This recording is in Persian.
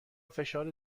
فشار